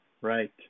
Right